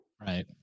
Right